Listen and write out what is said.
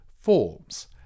forms